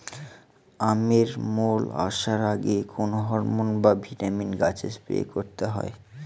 আমের মোল আসার আগে কোন হরমন বা ভিটামিন গাছে স্প্রে করতে হয়?